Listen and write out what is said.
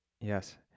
Yes